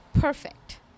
perfect